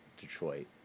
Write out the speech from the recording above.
Detroit